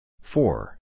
Four